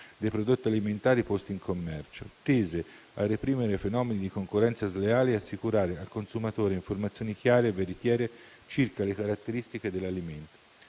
dei prodotti alimentari posti in commercio, tese a reprimere fenomeni di concorrenza sleali e assicurare al consumatore informazioni chiare e veritiere circa le caratteristiche dell'alimento,